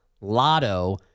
Lotto